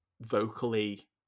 vocally